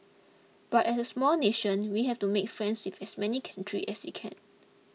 but as a small nation we have to make friends with as many countries as we can